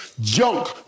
junk